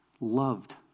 Loved